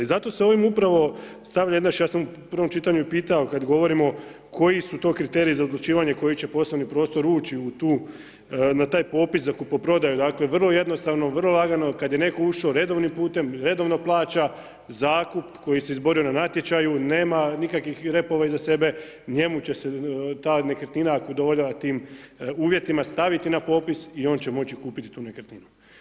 I zato se ovim upravo stavlja, inače ja sam u prvom čitanju i pitao kada govorimo koji su to kriteriji za odlučivanje koji će poslovni prostor ući u tu, na taj popis za kupoprodaju, dakle vrlo jednostavno, vrlo lagano kada je netko ušao redovnim putem, redovna plaća, zakup, koji se izborio na natječaju, nema nikakvih repova iza sebe, njemu će se ta nekretnina ako udovoljava tim uvjetima staviti na popis i on će moći kupiti tu nekretninu.